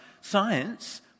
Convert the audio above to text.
science